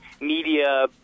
media